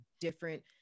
different